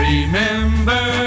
Remember